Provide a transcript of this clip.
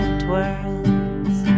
twirls